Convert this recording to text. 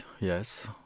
yes